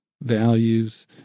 Values